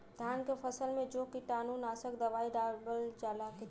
धान के फसल मे जो कीटानु नाशक दवाई डालब कितना?